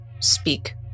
speak